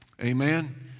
amen